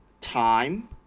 time